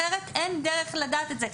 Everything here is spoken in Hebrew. כי אחרת אין דרך לדעת את זה.